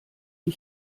die